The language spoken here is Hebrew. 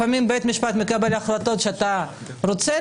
לפעמים בית משפט מקבל החלטות שאתה רוצה,